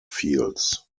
fields